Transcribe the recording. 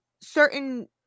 certain